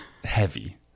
Heavy